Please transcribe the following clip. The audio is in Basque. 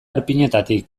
erpinetatik